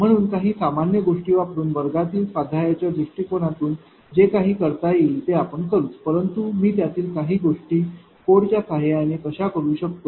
म्हणून काही सामान्य गोष्टी वापरून वर्गातील स्वाध्यायाच्या दृष्टीकोनातून जे काही करता येईल ते आपण करूच परंतु मी त्यातील काही गोष्टी कोड च्या सहाय्याने कशा करू शकतो